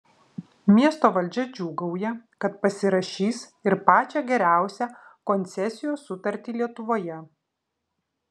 miesto valdžia džiūgauja kad pasirašys ir pačią geriausią koncesijos sutartį lietuvoje